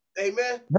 Amen